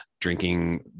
drinking